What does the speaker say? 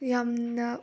ꯌꯥꯝꯅ